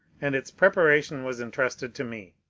and its preparation was entrusted to me.